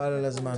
חבל על הזמן.